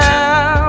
Now